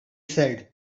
said